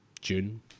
June